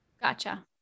Gotcha